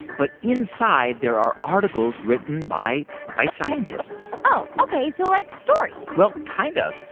but inside, there are articles written by by scientists oh, ok so like stories well, kind of.